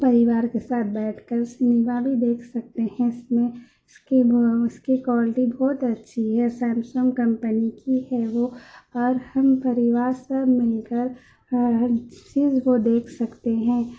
پریوار کے ساتھ بیٹھ کر سنیما بھی دیکھ سکتے ہیں اس میں اس کے اس کے کوالٹی بہت اچّھی ہے سیمسنگ کمپنی کی ہے وہ اور ہم پریوار سب مل کر ہر چیز کو دیکھ سکتے ہیں